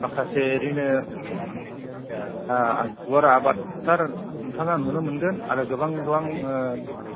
माखासे ओरैनो आ गुवार आबाद फोथार नोंथाङा नुनो मोनगोन आरो गोबां गोबां ओ